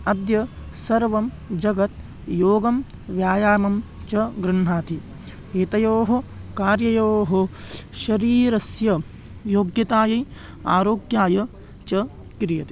अद्य सर्वं जगत् योगं व्यायामं च गृह्णाति एतयोः कार्ययोः शरीरस्य योग्यतायै आरोग्याय च क्रियते